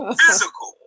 physical